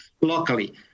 locally